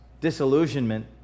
Disillusionment